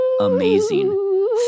amazing